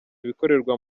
ibikorerwa